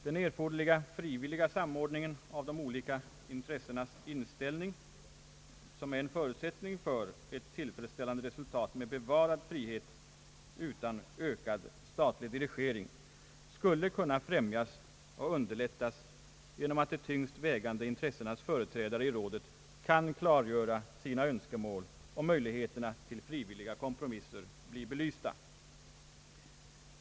Den erforderliga frivilliga samordningen av de olika intressenas inställning — som är en förutsättning för ett tillfredsställande resultat med bevarad frihet utan ökad stailig dirigering — skulle kunna främjas och underlättas genom att de tyngst vägande intressenas företrädare i rådet kan klargöra sina önskemål, och möjligheterna till frivilliga kompromisser blir belysta.